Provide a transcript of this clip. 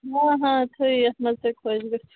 ہاں ہاں تھٲیِو یَتھ منٛز تۄہہِ خۄش گٔژھِو